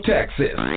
Texas